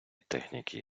техніки